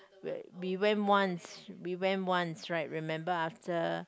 where we went once we went once right remember after